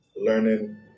learning